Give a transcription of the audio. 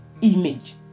image